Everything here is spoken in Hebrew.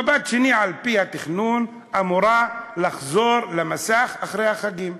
"מבט שני" על-פי התכנון אמורה לחזור למסך אחרי החגים.